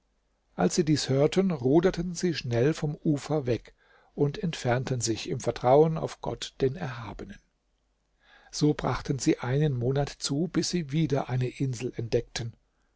als sie dies hörten ruderten sie schnell vom ufer weg und entfernten sich im vertrauen auf gott den erhabenen so brachten sie einen monat zu bis sie wieder eine insel entdeckten